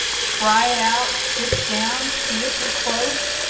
try it out, stitch down, see if you're close,